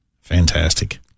Fantastic